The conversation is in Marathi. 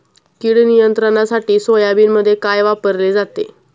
कीड नियंत्रणासाठी सोयाबीनमध्ये काय वापरले जाते?